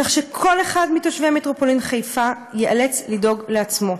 כך שכל אחד מתושבי מטרופולין חיפה ייאלץ לדאוג לעצמו.